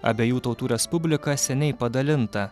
abiejų tautų respublika seniai padalinta